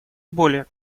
более